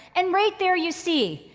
and right there you see,